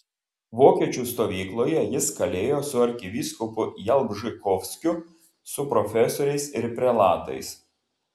vokiečių stovykloje jis kalėjo su arkivyskupu jalbžykovskiu su profesoriais ir prelatais